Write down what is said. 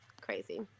Crazy